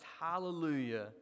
Hallelujah